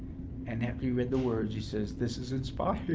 and after he read the words, he said, this is inspired.